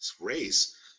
race